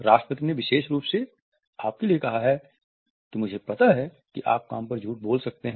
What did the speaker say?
राष्ट्रपति ने विशेष रूप से आपके लिए कहा है कि मुझे पता है कि आप काम पर झूठ बोल सकते हैं